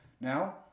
Now